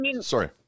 Sorry